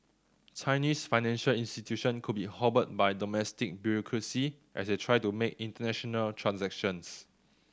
Chinese financial institutions could be hobbled by domestic bureaucracy as they try to make international transactions